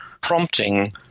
prompting